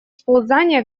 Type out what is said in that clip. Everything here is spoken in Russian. сползания